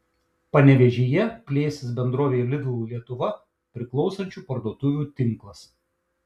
panevėžyje plėsis bendrovei lidl lietuva priklausančių parduotuvių tinklas